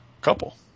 Couple